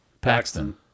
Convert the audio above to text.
Paxton